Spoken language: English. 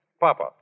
Papa